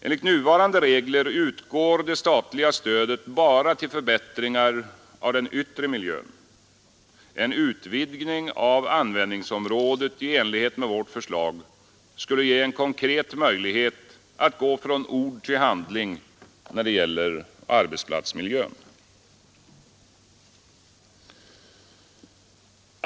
Enligt nuvarande regler utgår det statliga stödet bara till förbättringar av den yttre miljön. En utvidgning av användningsområdet i enlighet med vårt förslag skulle ge en konkret möjlighet att gå från ord till handling när det gäller arbetsplatsmiljön.